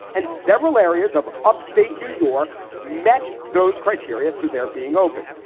and several areas of upstate new york met those criteria. so they're being open.